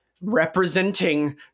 representing